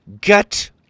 Get